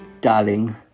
darling